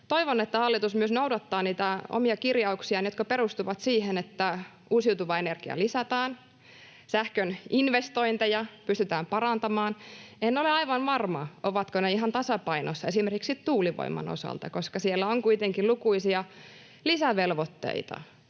toivon, että hallitus myös noudattaa niitä omia kirjauksiaan, jotka perustuvat siihen, että uusiutuvaa energiaa lisätään, sähkön investointeja pystytään parantamaan. En ole aivan varma, ovatko ne ihan tasapainossa esimerkiksi tuulivoiman osalta, koska siellä on kuitenkin lukuisia lisävelvoitteita.